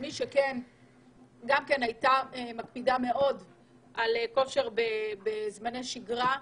כמי שגם כן מאוד הקפידה על כושר בזמני שגרה,